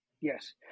Yes